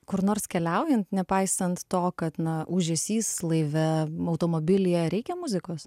kur nors keliaujant nepaisant to kad na ūžesys laive automobilyje reikia muzikos